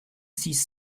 six